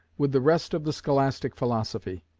with the rest of the scholastic philosophy.